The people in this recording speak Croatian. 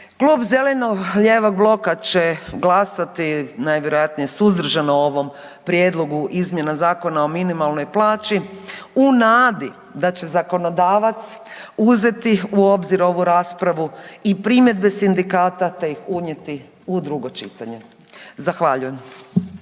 Klub zeleno-lijevog bloka će glasati najvjerojatnije suzdržano ovom Prijedlogu izmjena Zakona o minimalnoj plaći u nadi da će zakonodavac uzeti u obzir ovu raspravu i primjedbe sindikata te ih unijeti u drugo čitanje. Zahvaljujem.